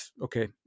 okay